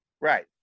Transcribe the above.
Right